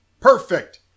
Perfect